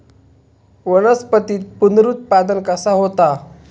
वनस्पतीत पुनरुत्पादन कसा होता?